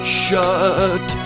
shut